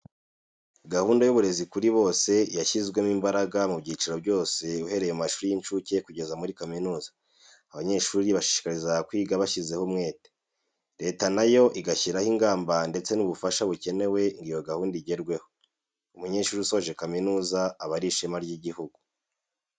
Gahunda y'uburezi kuri bose yashyizwemo imbaraga mu byiciro byose uhereye mu mashuri y'incuke kugeza muri kaminuza, abanyeshuri bashishikariza kwiga bashyizeho umwete. Leta na yo igashyiraho ingamba ndetse n'ubufasha bukenewe ngo iyo gahunda igerweho. Umunyeshuri usoje kaminuza aba ari ishema ry'igihugu.